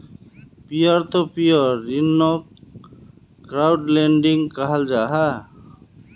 peer to peer ऋन्नोक crowd lending कहाल जाहा